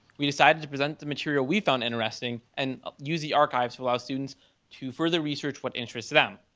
we decided to present the material we found interesting and ah use the archives to allow students to further research what interests them.